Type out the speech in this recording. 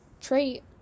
trait